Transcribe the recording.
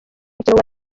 mukino